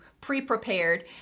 pre-prepared